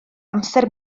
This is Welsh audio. amser